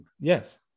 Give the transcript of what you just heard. Yes